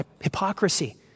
hypocrisy